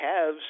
Cavs